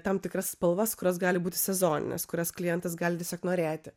tam tikras spalvas kurios gali būti sezoninės kurias klientas gali tiesiog norėti